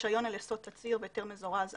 ברישיון על יסוד תצהיר בהיתר מזורז א'